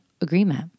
agreement